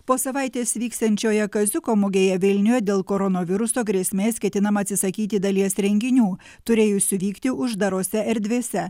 po savaitės vyksiančioje kaziuko mugėje vilniuje dėl koronaviruso grėsmės ketinama atsisakyti dalies renginių turėjusių vykti uždarose erdvėse